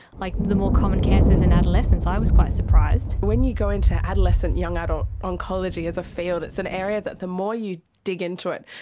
like the more common cancers in adolescents? i was quite surprised. when you go into adolescent or young adult oncology as a field, it's an area that the more you dig into it,